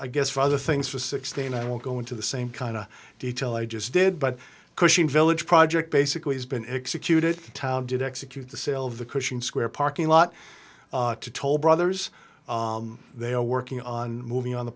i guess for other things for sixteen i won't go into the same kind of detail i just did but cushing village project basically has been executed town did execute the sale of the cushing square parking lot to toll brothers they are working on moving on the